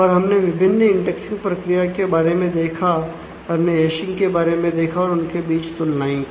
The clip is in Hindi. और हमने विभिन्न इंडेक्सिंग प्रक्रियाओं के बारे में देखा हमने हैशिंग के बारे में देखा और उनके बीच तुलनाएं की